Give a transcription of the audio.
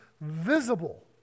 visible